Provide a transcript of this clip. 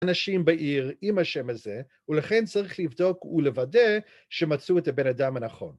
‫אנשים בעיר עם השם הזה, ‫ולכן צריך לבדוק ולוודא ‫שמצאו את הבן אדם הנכון.